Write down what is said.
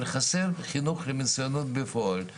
אבל חסר חינוך למצויינות בפועל.